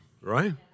right